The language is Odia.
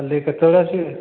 କାଲି କେତବେଳେ ଆସିବେ